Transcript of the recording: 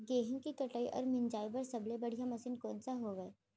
गेहूँ के कटाई अऊ मिंजाई बर सबले बढ़िया मशीन कोन सा हवये?